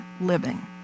living